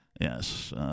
Yes